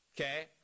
Okay